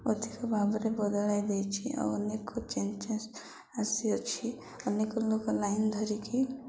ଅଧିକ ଭାବରେ ବଦଳାଇ ଦେଇଛି ଆଉ ଅନେକ ଚେଞ୍ଜେସ୍ ଆସିଅଛି ଅନେକ ଲୋକ ଲାଇନ ଧରିକି